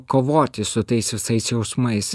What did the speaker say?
kovoti su tais visais jausmais